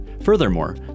Furthermore